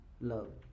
love